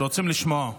רוצים לשמוע.